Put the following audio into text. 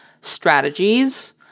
strategies